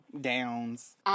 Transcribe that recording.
downs